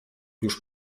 już